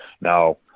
Now